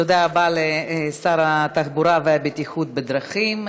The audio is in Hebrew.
תודה רבה לשר התחבורה והבטיחות בדרכים,